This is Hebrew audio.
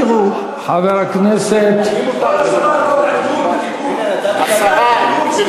תראו, יחידת חילוץ היא שחילצה, חבר הכנסת, גברתי